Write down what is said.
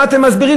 מה אתם מסבירים?